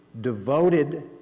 devoted